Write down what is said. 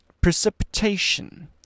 precipitation